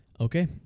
Okay